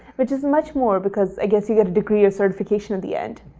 which is much more, because i guess you get a degree of certification at the end.